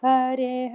Hare